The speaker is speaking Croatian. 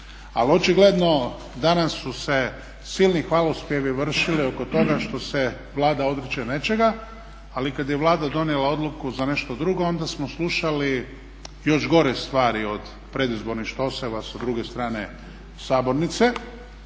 Ali očigledno danas su se silni hvalospjevi vršili oko toga što se Vlada odriče nečega, ali kad je Vlada donijela odluku za nešto drugo onda smo slušali još gore stvari od predizbornih štoseva sa druge strane sabornice